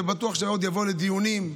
זה בטוח עוד יבוא לדיונים,